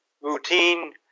routine